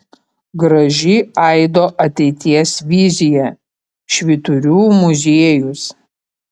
graži aido ateities vizija švyturių muziejus